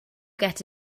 get